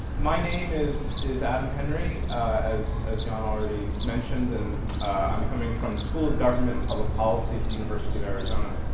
my name is is adam henry as as jan already mentioned and i'm coming from the school of government and public policy at the university of arizona.